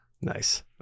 Nice